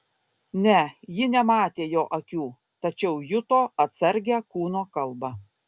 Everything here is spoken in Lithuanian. ne ji nematė jo akių tačiau juto atsargią kūno kalbą